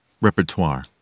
repertoire